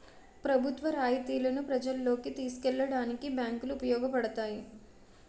ప్రభుత్వ రాయితీలను ప్రజల్లోకి తీసుకెళ్లడానికి బ్యాంకులు ఉపయోగపడతాయి